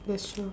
that's true